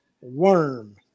worm